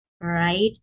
right